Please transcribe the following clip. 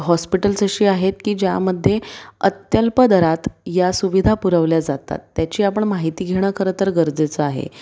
hospitals अशी आहेत की ज्यामध्ये अत्यल्प दरात या सुविधा पुरवल्या जातात त्याची आपण माहिती घेणं खरं तर गरजेचं आहे